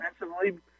defensively